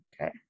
Okay